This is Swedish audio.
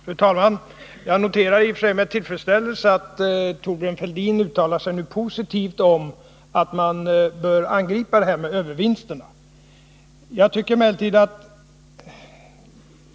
Fru talman! Jag noterar i och för sig med tillfredsställelse att Thorbjörn Fälldin uttalar sig positivt om att man bör angripa övervinsterna.